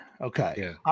Okay